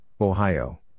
Ohio